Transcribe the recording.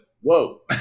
whoa